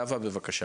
נאוה, בבקשה.